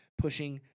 pushing